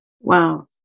Wow